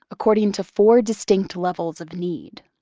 according to four distinct levels of need.